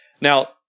Now